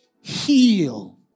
heal